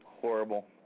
Horrible